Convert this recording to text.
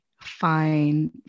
find